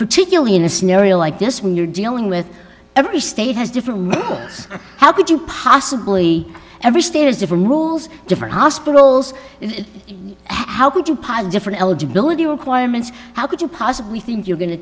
particularly in a sneery like this when you're dealing with every state has different how could you possibly every state has different rules different hospitals how could you pilot different eligibility requirements how could you possibly think you're going to